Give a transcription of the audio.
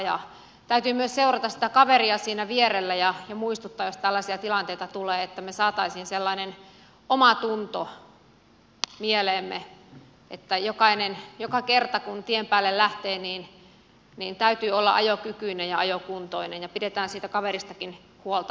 täytyy myös seurata sitä kaveria siinä vierellä ja muistuttaa jos tällaisia tilanteita tulee että me saisimme sellaisen omantunnon mieleemme että joka kerta kun tien päälle lähtee täytyy olla ajokykyinen ja ajokuntoinen ja pidetään siitä kaveristakin huolta